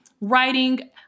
Writing